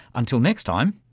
until next time,